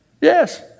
yes